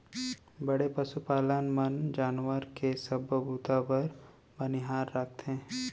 बड़े पसु पालक मन जानवर के सबो बूता बर बनिहार राखथें